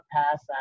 pass